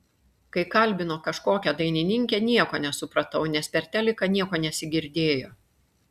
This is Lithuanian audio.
kai kalbino kažkokią dainininkę nieko nesupratau nes per teliką nieko nesigirdėjo